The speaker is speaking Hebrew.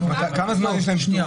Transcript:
כמה זמן יש להם פטור?